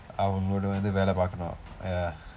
அவங்களுட வந்து வேலை பண்ணனும்:avangkaluda vandthu veelai pannanum ah